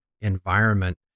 environment